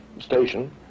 station